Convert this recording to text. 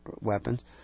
weapons